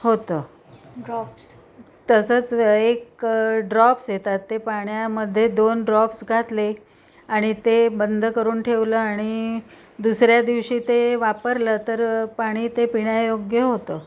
होतं तसंच एक ड्रॉप्स येतात ते पाण्यामध्ये दोन ड्रॉप्स घातले आणि ते बंद करून ठेवलं आणि दुसऱ्या दिवशी ते वापरलं तर पाणी ते पिण्यायोग्य होतं